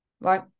right